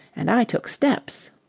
and i took steps.